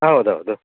ಹೌದು ಹೌದು